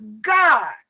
God